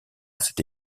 cette